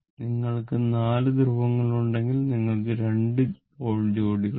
നിങ്ങൾക്ക് 4 ധ്രുവങ്ങൾ ഉണ്ടെങ്കിൽ നിങ്ങൾക്ക് 2 പോൾ ജോഡികളുണ്ട്